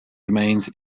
remains